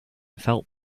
felt